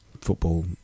football